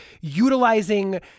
utilizing